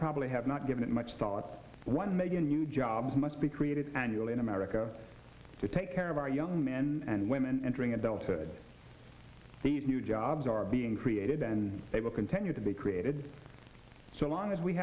probably have not given it much thought one million new jobs must be created annually in america to take care of our young men and women entering adulthood the new jobs are being created and they will continue to be created so long as we